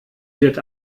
wird